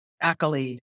accolade